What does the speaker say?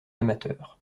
amateur